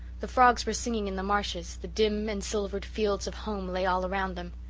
the frogs were singing in the marshes, the dim, ensilvered fields of home lay all around them.